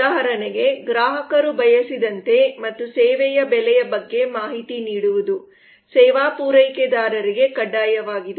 ಉದಾಹರಣೆಗೆ ಗ್ರಾಹಕರು ಬಯಸಿದಂತೆ ಮತ್ತು ಸೇವೆಯ ಬೆಲೆಯ ಬಗ್ಗೆ ಮಾಹಿತಿ ನೀಡುವುದು ಸೇವಾ ಪೂರೈಕೆದಾರರಿಗೆ ಕಡ್ಡಾಯವಾಗಿದೆ